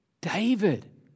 David